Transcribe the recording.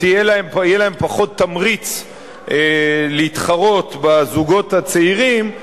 יהיה להם פחות תמריץ להתחרות בזוגות הצעירים,